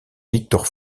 victor